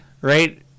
right